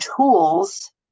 tools